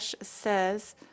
says